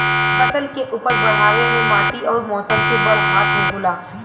फसल के उपज बढ़ावे मे माटी अउर मौसम के बड़ हाथ होला